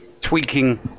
tweaking